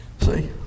See